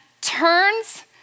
turns